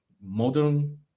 Modern